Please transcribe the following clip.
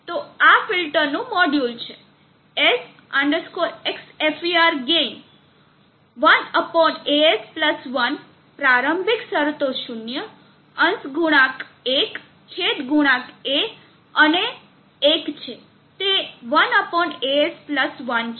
તો આ ફિલ્ટરનું મોડ્યુલ છે s xfer ગેઇન 1as 1 પ્રારંભિક શરતો શૂન્ય અંશ ગુણાંક 1 છેદ ગુણાંક a અને 1 તેથી તે 1 as 1 છે